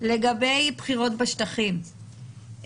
לגבי בחירות בשטחים,